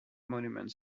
monument